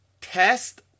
test